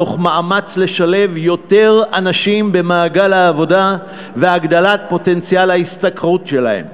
תוך מאמץ לשלב יותר אנשים במעגל העבודה והגדלת פוטנציאל ההשתכרות שלהם.